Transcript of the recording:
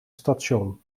station